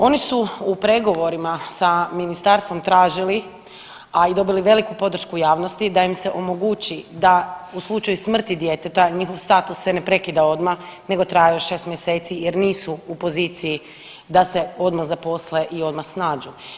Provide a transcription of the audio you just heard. Oni su u pregovorima sa ministarstvom tražili, a i dobili veliku podršku javnosti da im se omogući da u slučaju smrti djeteta, njihov status se na prekida odmah nego traje još 6 mjeseci jer nisu u poziciji da se odmah zaposle i odmah snađu.